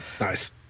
Nice